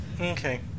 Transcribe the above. Okay